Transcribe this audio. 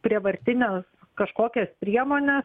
prievartines kažkokias priemones